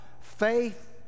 faith